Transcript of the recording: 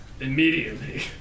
immediately